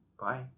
Bye